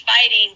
fighting